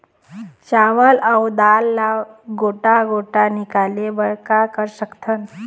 चावल अऊ दाल ला गोटा गोटा निकाले बर का कर सकथन?